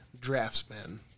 draftsman